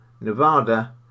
Nevada